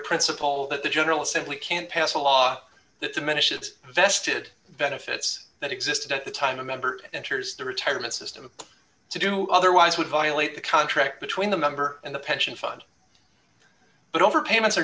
principle that the general assembly can't pass a law that diminishes vested benefits that existed at the time a member enters the retirement system to do otherwise would violate the contract between the member and the pension fund but over payments are